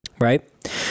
right